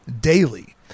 daily